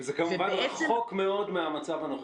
זה כמובן רחוק מאוד מהמצב הנוכחי.